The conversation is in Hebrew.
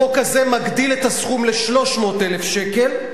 החוק הזה מגדיל את הסכום ל-300,000 שקל,